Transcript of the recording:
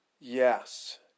Yes